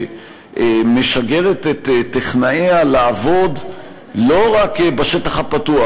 שמשגרת את טכנאיה לעבוד לא רק בשטח הפתוח